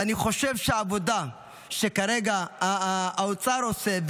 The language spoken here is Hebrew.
אני חושב שהעבודה שכרגע האוצר עושה,